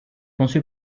conçu